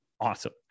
awesome